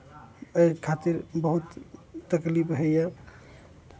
एहि खातिर बहुत तकलीफ होइए